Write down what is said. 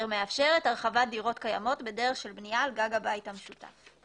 המאפשרת הרחבת דירות קיימות בדרך של בניה על גג הבית המשותף.